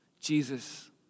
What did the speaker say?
Jesus